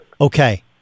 Okay